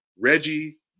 Reggie